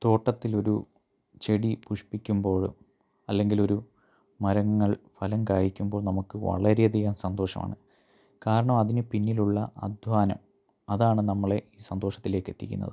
തോട്ടത്തിലൊരു ചെടി പുഷ്പിക്കുമ്പോഴോ അല്ലെങ്കിലൊരു മരങ്ങൾ ഫലം കായ്ക്കുമ്പോൾ നമുക്ക് വളരെ അധികം സന്തോഷമാണ് കാരണം അതിന് പിന്നിലുള്ള അധ്വാനം അതാണ് നമ്മളെ സന്തോഷത്തിലേക്ക് എത്തിക്കുന്നത്